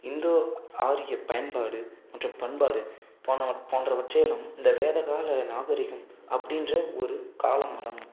இந்தோ ஆரியப்பயன்பாடு மற்றும் பண்பாடு போன்றவ போன்றவற்றிலும் இந்த வேதகால நாகரிகம் அப்படின்ற ஒரு கால மடம்